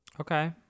okay